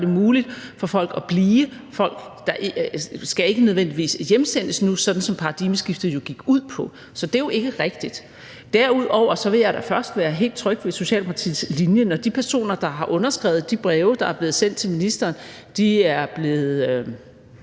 det muligt for folk at blive; folk skal ikke nødvendigvis hjemsendes nu, sådan som paradigmeskiftet jo gik ud på. Så det er jo ikke rigtigt. Derudover vil jeg da først være helt tryg ved Socialdemokratiets linje, når de personer, der har underskrevet de breve, der er blevet sendt til ministeren, er blevet